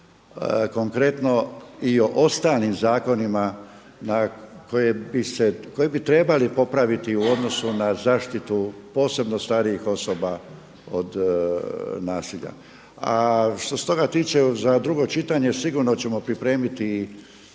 konkretno i ostalim zakonima koje bi trebali popraviti u odnosu na zaštitu posebno starijih osoba od nasilja. A što se toga tiče za drugo čitanje sigurno ćemo pripremiti